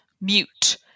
mute